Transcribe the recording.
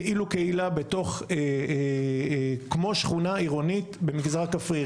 כאילו קהילה בתוך כמו שכונה עירונית במגזר כפרי,